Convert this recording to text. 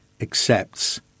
accepts